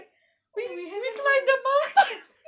oh we haven't went